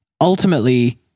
ultimately